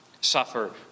suffer